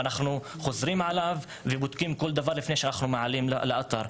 אנחנו חוזרים ובודקים כל דבר לפני שאנחנו ההעלאה לאתר.